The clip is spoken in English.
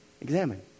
Examine